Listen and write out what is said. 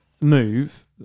move